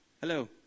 Hello